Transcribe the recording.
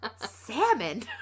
salmon